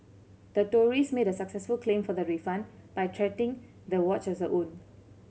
the tourist made a successful claim for the refund by treating the watch as her own